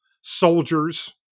soldiers